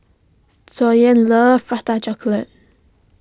Dwyane loves Prata Chocolate